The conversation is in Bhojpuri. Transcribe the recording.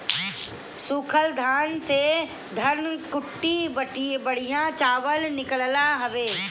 सूखल धान से धनकुट्टी बढ़िया चावल निकालत हवे